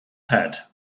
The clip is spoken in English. had